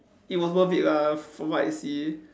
it was worth it lah from what I see